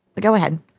go-ahead